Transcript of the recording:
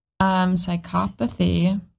Psychopathy